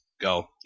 go